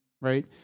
Right